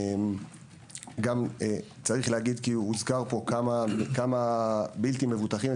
גם יש לומר, הוזכר פה כמה בלתי מבוטחים.